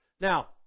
Now